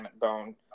bone